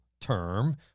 term